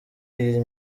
iyi